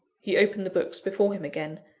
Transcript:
he opened the books before him again,